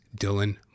Dylan